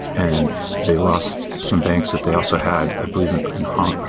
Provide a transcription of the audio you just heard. and they lost some banks that they also had, i believe in and